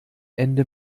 ende